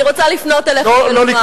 אני רוצה לפנות אליך ולומר,